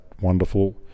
wonderful